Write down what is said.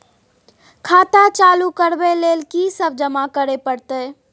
खाता चालू करबै लेल की सब जमा करै परतै?